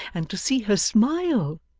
and to see her smile.